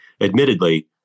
admittedly